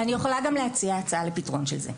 אני יכולה גם להציע הצעה לפתרון של זה.